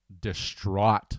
distraught